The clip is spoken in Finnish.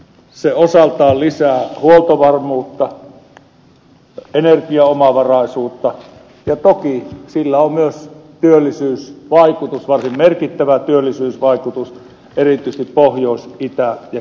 se osaltaan lisää huoltovarmuutta energiaomavaraisuutta ja toki sillä on myös työllisyysvaikutus varsin merkittävä työllisyysvaikutus erityisesti pohjois itä ja keski suomessa